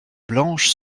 blanches